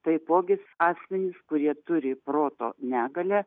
taipogi asmenys kurie turi proto negalią